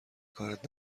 کارت